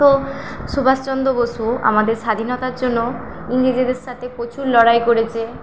তো সুভাষচন্দ্র বসু আমাদের স্বাধীনতার জন্য ইংরেজেদের সাথে প্রচুর লড়াই করেছে